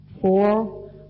four